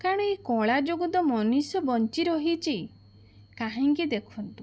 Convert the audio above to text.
କାରଣ ଏଇ କଳା ଯୋଗୁଁ ତ ମଣିଷ ବଞ୍ଚି ରହିଛି କାହିଁକି ଦେଖନ୍ତୁ